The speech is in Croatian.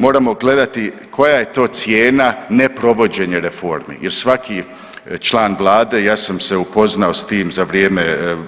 Moramo gledati koja je to cijena neprovođenja reformi jer svaki član vlade ja sam se upoznao s tim za vrijeme